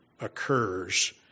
occurs